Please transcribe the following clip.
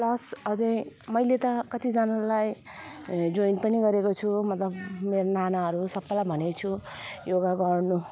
plus अझै मैले त कतिजनालाई जोइन पनि गरेको छु मतलब मेरो नानाहरू सबैलाई भनेको छु योगा गर्नु